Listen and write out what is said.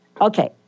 Okay